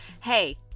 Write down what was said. Hey